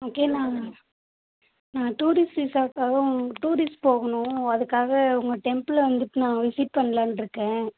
okay நான் நான் tourist விசாக்காக உங் டூரிஸ் போகணும் அதுக்காக உங்கள் டெம்ப்பிளை வந்துட்டு நான் விசிட் பண்ணலான்ருக்கேன்